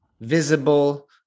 visible